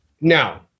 Now